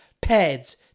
pads